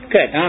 Good